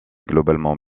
globalement